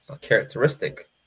characteristic